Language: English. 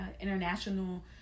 international